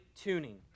tuning